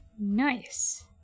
Nice